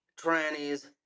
trannies